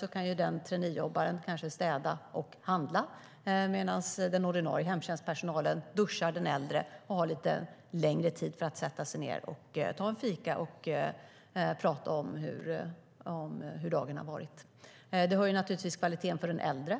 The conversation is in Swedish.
Då kan traineejobbaren kanske städa och handla medan den ordinarie hemtjänstpersonalen duschar den äldre och har lite längre tid till att sätta sig ned, ta en fika och prata om hur dagen har varit. Det höjer naturligtvis kvaliteten för den äldre,